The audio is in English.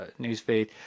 newsfeed